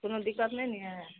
कोनो दिक्कत नहि ने यए